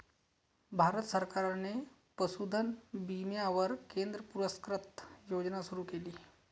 भारत सरकारने पशुधन विम्यावर केंद्र पुरस्कृत योजना सुरू केली